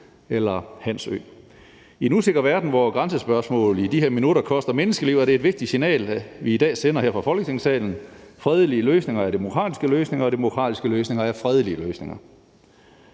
eller Hans Ø. I en usikker verden, hvor grænsespørgsmål i de her minutter koster menneskeliv, er det et vigtigt signal, vi i dag sender her fra Folketingssalen. Fredelige løsninger er demokratiske løsninger, og demokratiske løsninger er fredelige løsninger.